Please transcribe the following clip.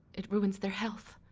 it ruins their health.